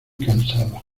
cansada